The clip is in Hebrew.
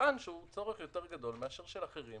נטען שהוא צורך גדול יותר מאשר של אחרים